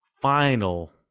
final